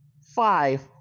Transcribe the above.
five